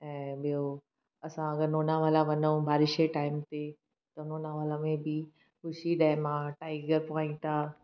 ऐं ॿियो असां अगरि लोनावला वञूं बारिश जे टाइम ते त लोनावला में बि बुशी डैम आहे टाइगर पॉइंट आहे